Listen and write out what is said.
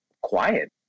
quiet